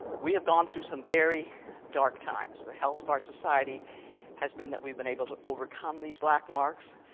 we have gone through some very dark times. the health of our society has been that we have been able to overcome these black marks,